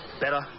better